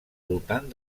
voltant